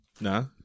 No